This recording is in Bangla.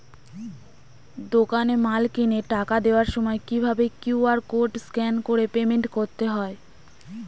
দোকানে মাল কিনে টাকা দেওয়ার সময় কিভাবে কিউ.আর কোড স্ক্যান করে পেমেন্ট করতে হয়?